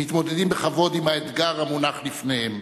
מתמודדים בכבוד עם האתגר המונח לפניהם,